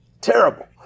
terrible